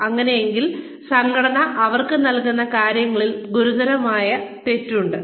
അങ്ങനെയാണെങ്കിൽ സംഘടന അവർക്ക് നൽകുന്ന കാര്യങ്ങളിൽ ഗുരുതരമായ തെറ്റുണ്ട്